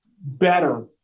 better